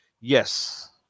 Yes